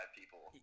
people